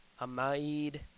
Amaid